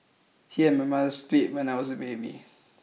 he and my mother split when I was a baby